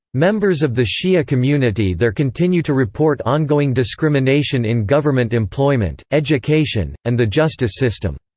members of the shia community there continue to report ongoing discrimination in government employment, education, and the justice system,